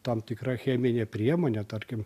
tam tikra cheminė priemonė tarkim